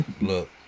Look